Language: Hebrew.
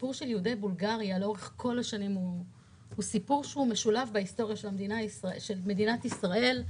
הסיפור של יהודי בולגריה הוא סיפור משולב של מדינת ישראל.